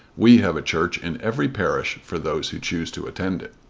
we have a church in every parish for those who choose to attend it.